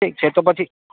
ઠીક છે તો પછી